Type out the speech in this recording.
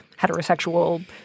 heterosexual